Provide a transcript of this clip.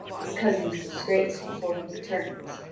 his cousin's disgrace before he returns.